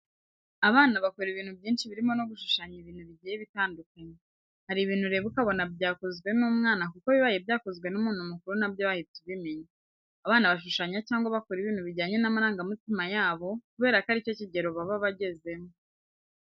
Abana bakora ibintu byinshi birimo no gushushanya ibintu bigiye bitandukanye. Hari ibintu ureba ukabona byakozwe n'umwana kuko bibaye byakozwe n'umuntu mukuru na byo wahita ubimenya. Abana bashushanya cyangwa bakora ibintu bijyanye n'amarangamutima yabo kubera ko ari cyo kigero baba bagezemo.